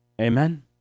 Amen